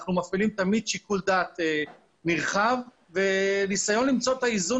אנחנו מפעילים תמיד שיקול דעת נרחב וניסיון למצוא את האיזון